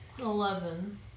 Eleven